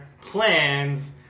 plans